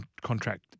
contract